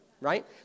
right